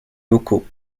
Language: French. locaux